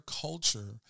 culture